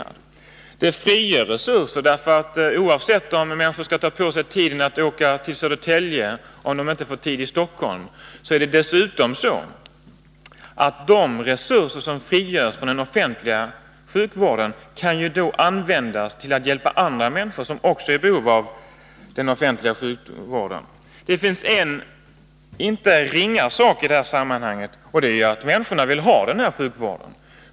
Bortsett från det förhållandet att människor måste åka till Södertälje, om de inte får en tid i Stockholm, är det att notera att privata mottagningar frigör resurser inom den offentliga sjukvården, vilka i stället kan användas för att hjälpa andra människor som är i behov av den offentliga sjukvården. Det finns en inte ringa faktor i detta sammanhang, nämligen att människorna vill ha denna sjukvård.